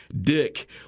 Dick